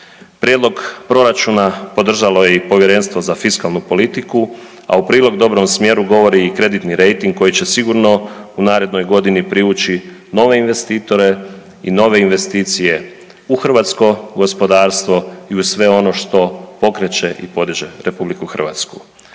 Prijedlog proračuna podržalo je i Povjerenstvo za fiskalnu politiku, a u prilog dobrom smjeru govori i kreditni rejting koji će sigurno u narednoj godini privući nove investitore i nove investicije u hrvatsko gospodarstvo i u sve ono što pokreće i podiže RH. Zato